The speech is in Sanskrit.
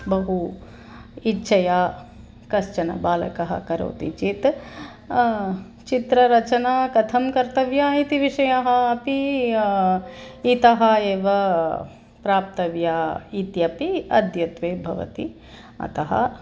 बहु इच्छया कश्चनः बालकः करोति चेत् चित्ररचनां कथं कर्तव्या इति विषयः अपि इतः एव प्राप्तव्य इत्यपि अध्यत्वे भवति अतः